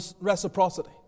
reciprocity